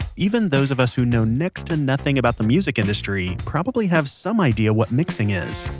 even those of us who know next to nothing about the music industry probably have some idea what mixing is.